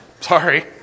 Sorry